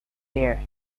there